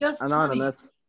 anonymous